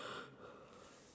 life skills